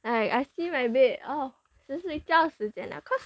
like I see my bed oh 是睡觉时间 ah cause